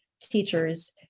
teachers